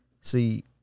See